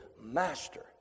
master